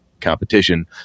competition